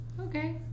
Okay